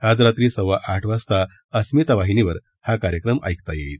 आज रात्री सव्वा आठ वाजता अस्मिता वाहिनीवर हा कार्यक्रम ऐकता येईल